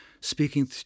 speaking